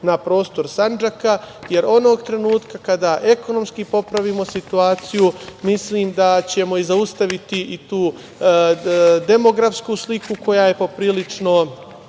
na prostor Sandžaka, jer onog trenutka kada ekonomski popravimo situaciju mislim da ćemo zaustaviti i tu demografsku sliku koja je poprilično